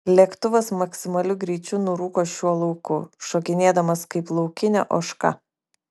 lėktuvas maksimaliu greičiu nurūko šiuo lauku šokinėdamas kaip laukinė ožka